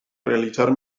realizar